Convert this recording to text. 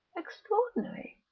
extraordinary.